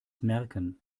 merken